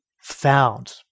found